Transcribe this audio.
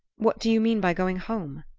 what do you mean by going home?